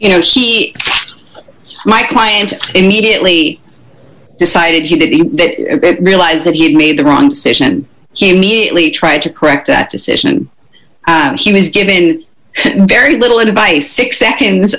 you know my client immediately decided he didn't realize that he had made the wrong decision he immediately tried to correct that decision and he was given very little advice six seconds